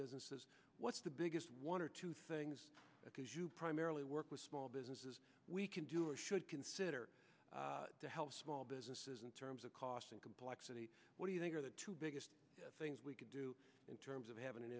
businesses what's the biggest one or two things primarily work with small businesses we can do or should consider to help small businesses in terms of cost and complexity what do you think are the two biggest things we can do in terms of having an